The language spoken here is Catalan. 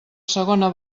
segona